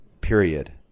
period